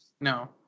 No